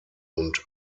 und